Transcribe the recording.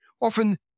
often